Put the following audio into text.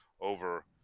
over